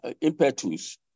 impetus